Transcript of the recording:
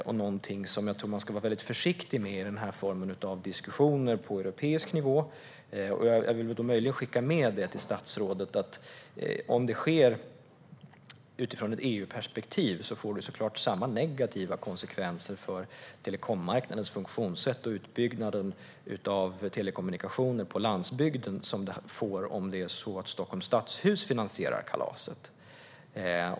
Jag tror att man ska vara väldig försiktig med den här formen av diskussioner på europeisk nivå, och jag vill möjligen skicka med till statsrådet att om detta sker utifrån ett EU-perspektiv får det såklart samma negativa konsekvenser för telekommarknadens funktionssätt och utbyggnaden av telekommunikationer på landsbygden där som det får i Sverige om Stockholms stadshus finansierar kalaset.